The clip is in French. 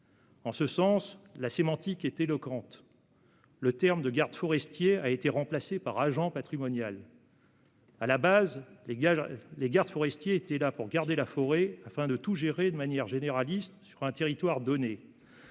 de la sémantique est éloquente : le terme de « garde forestier » a été remplacé par celui d'« agent patrimonial ». À la base, les gardes forestiers étaient là pour garder la forêt, afin de tout gérer de manière généraliste sur un territoire donné.